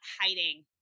hiding